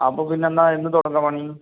അപ്പൊപ്പിന്നെന്നാൽ ഇന്ന് തുടങ്ങാം പണി